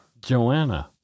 Joanna